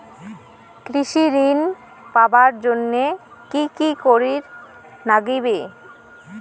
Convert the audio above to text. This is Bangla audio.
কৃষি ঋণ পাবার জন্যে কি কি করির নাগিবে?